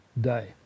day